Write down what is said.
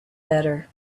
better